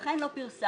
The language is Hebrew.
לכן זה לא פורסם.